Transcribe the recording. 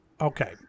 okay